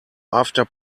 after